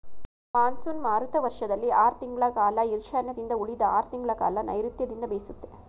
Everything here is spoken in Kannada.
ಮಾನ್ಸೂನ್ ಮಾರುತ ವರ್ಷದಲ್ಲಿ ಆರ್ ತಿಂಗಳ ಕಾಲ ಈಶಾನ್ಯದಿಂದ ಉಳಿದ ಆರ್ ತಿಂಗಳಕಾಲ ನೈರುತ್ಯದಿಂದ ಬೀಸುತ್ತೆ